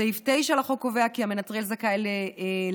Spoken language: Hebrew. סעיף 9 לחוק קובע כי המנטרל זכאי למענק